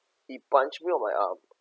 he punched me on my arm